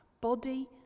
body